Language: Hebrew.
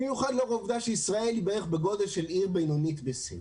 במיוחד לאור העובדה שישראל היא בערך בגודל של עיר בינונית בסין.